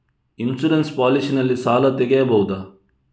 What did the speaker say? Insurance policy ನಲ್ಲಿ ಸಾಲ ತೆಗೆಯಬಹುದ?